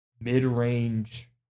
mid-range